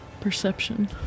Perception